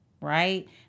right